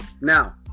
Now